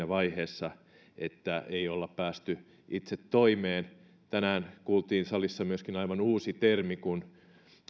vaiheessa että ei olla päästy itse toimeen tänään kuultiin salissa myöskin aivan uusi termi kun